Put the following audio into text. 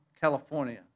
California